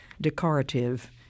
decorative